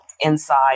inside